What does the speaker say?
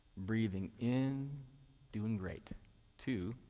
breathing in doing great two,